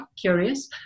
curious